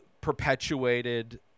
perpetuated